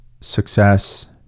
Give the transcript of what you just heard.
success